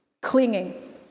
clinging